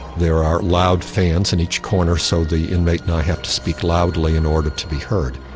there are loud fans in each corner so the inmate and i have to speak loudly in order to be heard.